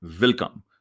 Welcome